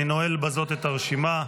אני נועל בזאת את הרשימה.